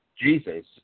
Jesus